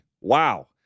Wow